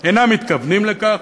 אינם מתכוונים לכך,